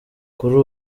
kuri